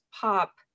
pop